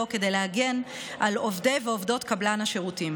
להגן על עובדי ועובדות קבלן השירותים.